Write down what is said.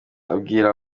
abwira